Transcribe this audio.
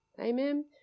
amen